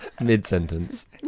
Mid-sentence